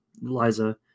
Liza